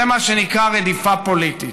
זה מה שנקרא רדיפה פוליטית,